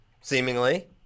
seemingly